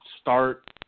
start